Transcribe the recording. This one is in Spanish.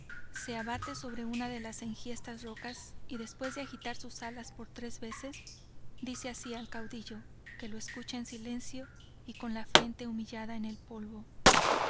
se abate sobre una de las enhiestas rocas y después de agitar sus alas por tres veces dice así al caudillo que lo escucha en silencio y con la frente humillada en el polvo